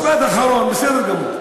משפט אחרון, בסדר גמור.